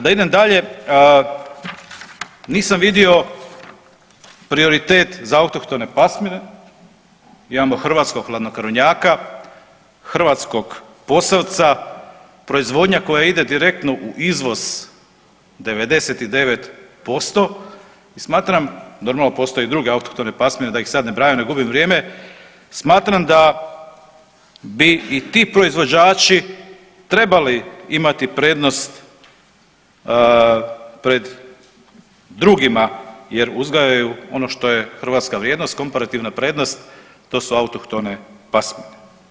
Da idem dalje, nisam vidio prioritet za autohtone pasmine, imamo hrvatskog hladnokrvnjaka, hrvatskog Posavca, proizvodnja koja ide direktno u izvoz 99% i smatram normalno postoje i druge autohtone pasmine da ih sad ne nabrajam, da ne gubim vrijeme, smatram da bi i ti proizvođači trebali imati prednost pred drugima jer uzgajaju ono što je hrvatska vrijednost, komparativna prednost to su autohtone pasmine.